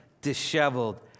disheveled